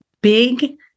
big